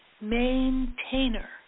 maintainer